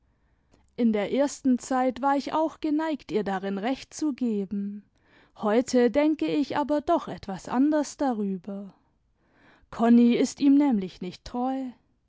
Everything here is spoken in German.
in der ersten zeit war ich auch geneigt ihr darin recht zu geben heute denke ich aber doch etwas anders darüber konni ist ihm nämlich nicht treu